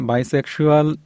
Bisexual